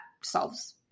solves